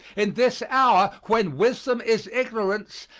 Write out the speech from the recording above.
in this hour when wisdom is ignorance,